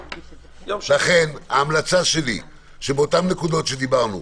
לכן ההמלצה שלי שבאותן נקודות שדיברנו עליהן,